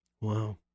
Wow